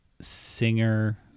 singer